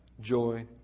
joy